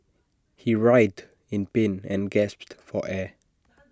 he writhed in pain and gasped for air